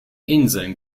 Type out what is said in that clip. inseln